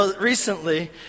recently